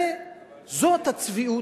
זאת הצביעות,